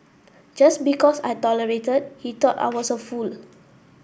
just because I tolerated he thought I was a fool